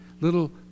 little